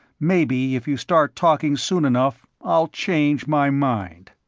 maybe if you start talking soon enough i'll change my mind.